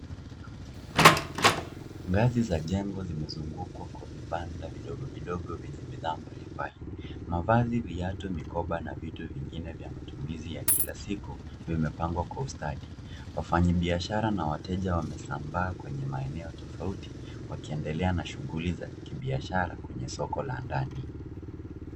Ngazi za jengo zimezungukwa kwa vibanda vidogo vidogo vyenye bidhaa mbalimbali. Mavazi, viatu, mikoba na vitu vingine vya matumizi ya kila siku vimepangwa kwa ustadi. Wafanyabiashara na wateja wamesambaa kwenye maeneo tofauti wakiendelea na shughuli za kibiashara kwenye soko la ndani.